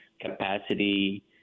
capacity